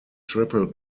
triple